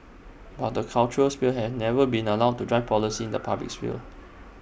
but the cultural sphere have never been allowed to drive policy in the public sphere